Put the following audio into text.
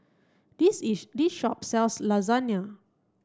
this this shop sells Lasagne